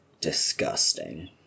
Disgusting